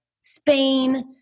Spain